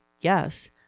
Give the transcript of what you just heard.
yes